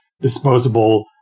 disposable